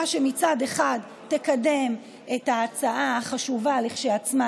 שמצד אחד תקדם את ההצעה החשובה כשלעצמה,